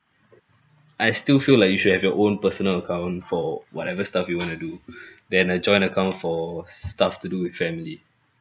I still feel like you should have your own personal account for whatever stuff you want to do then a joint account for stuff to do with family